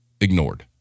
ignored